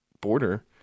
border